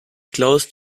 close